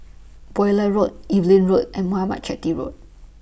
Bowyer Road Evelyn Road and Muthuraman Chetty Road